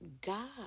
God